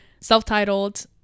self-titled